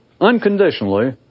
unconditionally